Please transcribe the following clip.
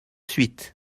suite